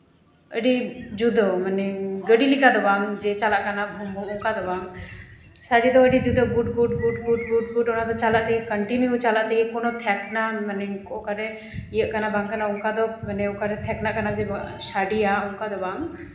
ᱟᱹᱰᱤ ᱡᱩᱫᱟᱹ ᱢᱟᱱᱮ ᱜᱟᱹᱰᱤ ᱞᱮᱠᱟ ᱫᱚ ᱵᱟᱝ ᱡᱮ ᱪᱟᱞᱟᱜ ᱠᱟᱱᱟ ᱵᱷᱳᱢᱼᱵᱷᱳᱢ ᱚᱱᱠᱟ ᱫᱚ ᱵᱟᱝ ᱥᱟᱰᱮ ᱫᱚ ᱟᱹᱰᱤ ᱡᱩᱫᱟᱹ ᱜᱩᱰᱻ ᱜᱩᱰᱻ ᱜᱩᱰᱻ ᱜᱩᱰᱻ ᱚᱱᱟᱫᱚ ᱪᱟᱞᱟᱜ ᱛᱮᱜᱮ ᱠᱚᱱᱴᱤᱱᱤᱭᱩ ᱪᱟᱞᱟᱜ ᱛᱮᱜᱮ ᱠᱳᱱᱳ ᱛᱷᱮᱠᱱᱟ ᱢᱟᱱᱮ ᱚᱠᱟᱨᱮ ᱤᱭᱟᱹᱜ ᱠᱟᱱᱟ ᱵᱟᱝ ᱠᱟᱱᱟ ᱢᱟᱱᱮ ᱚᱠᱟᱨᱮ ᱛᱮᱠᱱᱟᱜ ᱠᱟᱱᱟ ᱡᱮ ᱥᱟᱰᱮᱭᱟ ᱚᱱᱠᱟ ᱫᱚ ᱵᱟᱝ